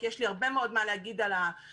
כי יש לי הרבה מאוד מה להגיד על המחשוב,